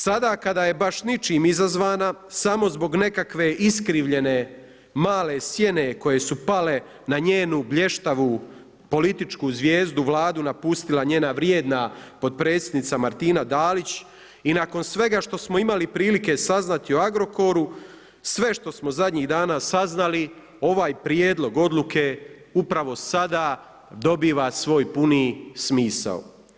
Sada kada je baš ničim izazvana, samo zbog nekakve iskrivljene male sjene koje su pale na njenu blještavu političku zvijezdu, Vladu napustila njena vrijedna potpredsjednica Martina Dalić i nakon svega što smo imali prilike saznati o Agrokoru, sve što smo zadnjih dana saznali, ovaj prijedlog odluke upravo sada dobiva svoj puni smisao.